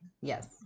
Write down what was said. yes